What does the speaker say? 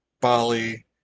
Bali